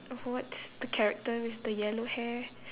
what's the character with the yellow hair